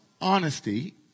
honesty